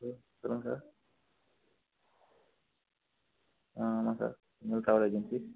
hello சொல்லுங்க sir ஆ ஆமாம் சார் ட்ராவல் ஏஜென்சி